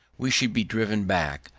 we should be driven back,